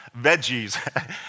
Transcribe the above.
veggies